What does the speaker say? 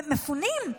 מפונים.